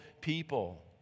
people